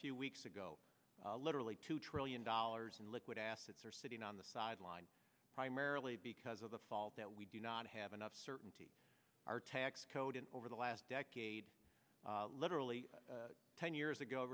few weeks ago literally two trillion dollars in liquid assets are sitting on the sidelines primarily because of the fall that we do not have enough certainty our tax code and over the last decade literally ten years ago